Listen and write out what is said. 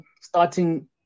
starting